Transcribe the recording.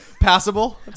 Passable